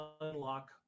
unlock